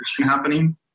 happening